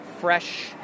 fresh